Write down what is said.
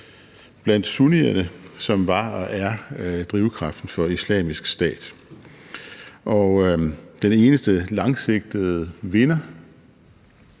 blandt sunnierne, som var og er drivkraften for Islamisk Stat. Og den eneste langsigtede vinder